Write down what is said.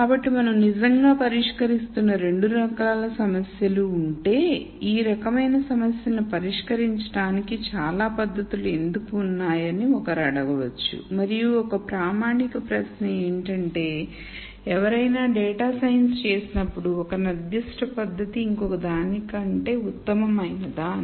కాబట్టి మనం నిజంగా పరిష్కరిస్తున్న రెండు రకాల సమస్యలు ఉంటే ఈ రకమైన సమస్యలను పరిష్కరించడానికి చాలా పద్ధతులు ఎందుకు ఉన్నాయని ఒకరు అడగవచ్చు మరియు ఒక ప్రామాణిక ప్రశ్న ఏంటంటే ఎవరైనా డేటా సైన్స్ చేసినప్పుడు ఒక నిర్దిష్ట పద్ధతి ఇంకొక దానికంటే ఉత్తమమైనదా అని